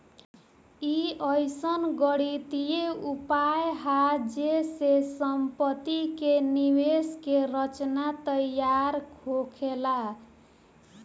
ई अइसन गणितीय उपाय हा जे से सम्पति के निवेश के रचना तैयार होखेला